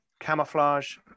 Camouflage